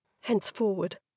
Henceforward